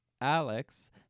Alex